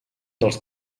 dels